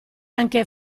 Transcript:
anche